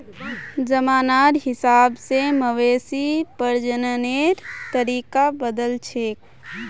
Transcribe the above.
जमानार हिसाब से मवेशी प्रजननेर तरीका बदलछेक